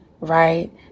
right